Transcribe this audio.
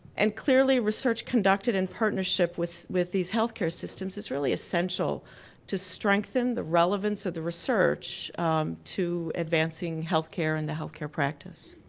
and clearly research conducted in partnership with with these healthcare systems is really essential to strengthen the relevance of the research to advancing healthcare and the healthcare practice.